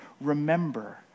remember